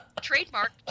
trademark